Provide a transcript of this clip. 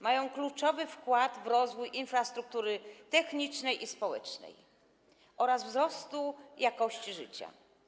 Mają kluczowy wkład w rozwój infrastruktury technicznej i społecznej oraz wzrost jakości życia.